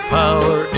power